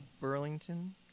Burlington